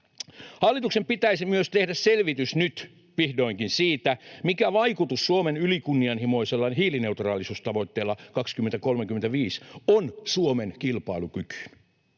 Hallituksen pitäisi myös tehdä selvitys nyt vihdoinkin siitä, mikä vaikutus Suomen ylikunnianhimoisella hiilineutraalisuustavoitteella 2035 on Suomen kilpailukykyyn.